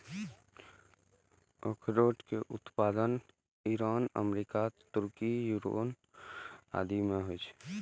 अखरोट के उत्पादन ईरान, अमेरिका, तुर्की, यूक्रेन आदि मे होइ छै